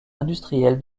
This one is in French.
industrielle